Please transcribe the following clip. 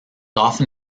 often